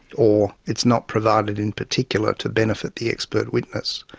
or it's not provided in particular to benefit the expert witness.